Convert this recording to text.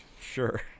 Sure